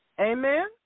Amen